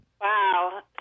wow